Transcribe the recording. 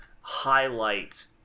highlight